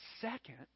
Second